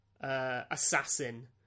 assassin